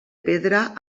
pedra